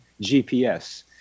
GPS